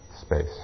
space